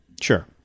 Sure